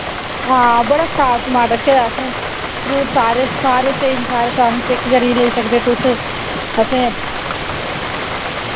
हां बड़ा साफ समान रक्खे दा असें फ्रूट सारे सारे स्हेई न सारे साफ न चैक करियै लेई सकदे तुस असें